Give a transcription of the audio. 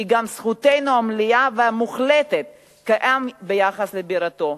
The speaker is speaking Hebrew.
היא גם זכותנו המלאה והמוחלטת כעם ביחס לבירתו,